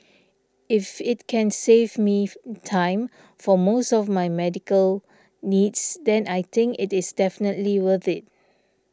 if it can save me time for most of my medical needs then I think it is definitely worth it